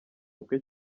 bwe